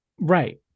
Right